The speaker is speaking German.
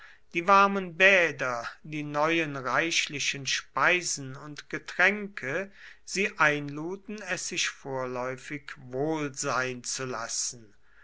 die warmen bäder die neuen reichlichen speisen und getränke sie einluden es sich vorläufig wohl sein zu lassen